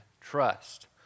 trust